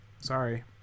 Sorry